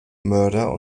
mörder